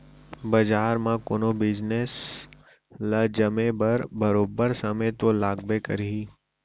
बजार म कोनो बिजनेस ल जमे बर बरोबर समे तो लागबे करही